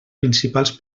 principals